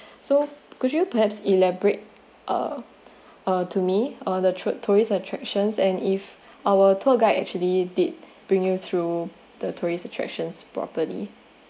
so could you perhaps elaborate uh uh to me uh the trip tou~ tourist attractions and if our tour guide actually did bring you through the tourist attractions property